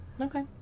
Okay